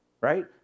Right